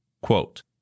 quote